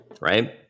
right